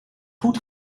goed